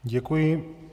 Děkuji.